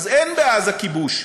אז אין בעזה כיבוש.